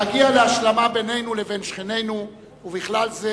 להגיע להשלמה בינינו לבין שכנינו, ובכלל זה